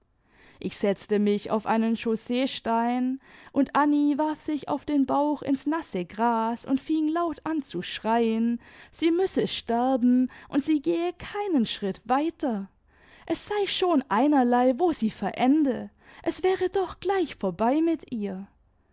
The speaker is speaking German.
ich setzte mich auf einen chausseestein und anni warf sich auf den bauch ins nasse gras und fing laut an zu schreieiiy sie müsse sterben und sie gehe keinen schritt weiter es sei schon einerlei wo sie verende es wäre doch gleich vorbei mit ihr